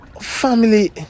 family